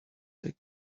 take